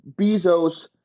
Bezos